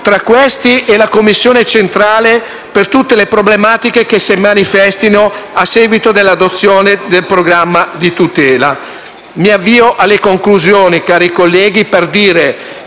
tra questi e la Commissione centrale per tutte le problematiche che si manifestino a seguito dell'adozione del programma di tutela. Mi avvio alle conclusioni, cari colleghi, per dire